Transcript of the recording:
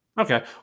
Okay